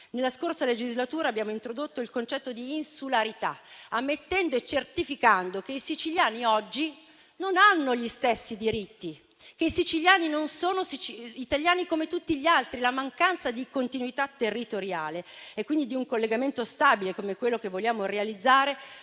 Nella scorsa legislatura abbiamo introdotto il concetto di insularità, ammettendo e certificando che i siciliani oggi non hanno gli stessi diritti; i siciliani non sono italiani come tutti gli altri. La mancanza di continuità territoriale, quindi di un collegamento stabile come quello che vogliamo realizzare,